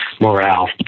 morale